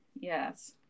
Yes